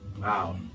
wow